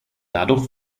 dadurch